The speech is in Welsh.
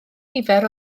nifer